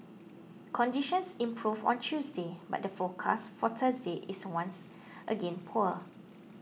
conditions improved on Tuesday but the forecast for Thursday is once again poor